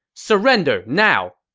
surrender now!